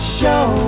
show